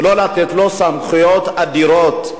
ולא לתת לו סמכויות אדירות.